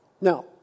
Now